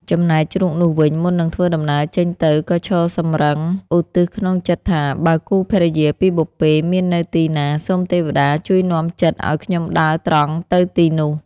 ចំណែកជ្រូកនោះវិញ មុននឹងធ្វើដំណើរចេញទៅក៏ឈរសម្រឹង ឧទ្ទិសក្នុងចិត្ដថា បើគូភរិយាពីបុព្វេមាននៅទីណា សូមទេវតាជួយនាំចិត្ដឱ្យខ្ញុំដើរត្រង់ទៅទីនោះ។